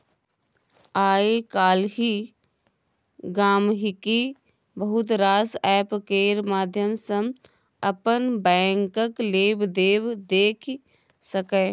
आइ काल्हि गांहिकी बहुत रास एप्प केर माध्यम सँ अपन बैंकक लेबदेब देखि सकैए